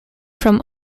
from